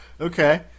Okay